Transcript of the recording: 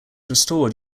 restored